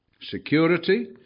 Security